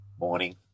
Morning